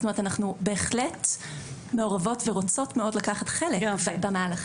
זאת אומרת אנחנו בהחלט מעורבות ורוצות מאוד לקחת חלק במהלכים.